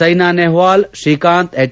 ಸ್ಟೆನಾ ನೆಹ್ಲಾಲ್ ಶ್ರೀಕಾಂತ್ ಎಚ್